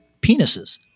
penises